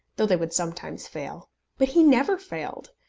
though they would sometimes fail but he never failed.